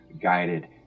guided